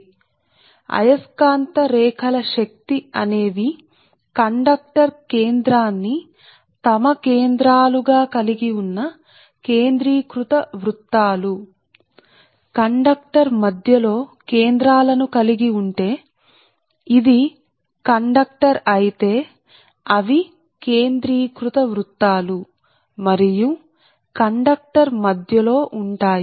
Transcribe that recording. కాబట్టి యొక్క అయస్కాంత రేఖల శక్తి కేంద్రీకృత వృత్తాలు కండక్టర్ మధ్యలో తమ కేంద్రాలను కలిగి ఉంటే ఇది కండక్టర్ అయితే ఇది కండక్టర్ అయితే అవి కేంద్రీకృత వృత్తాలు మరియు కండక్టర్ మధ్యలో ఉంటాయి